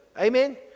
Amen